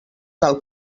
tal